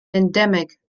endemic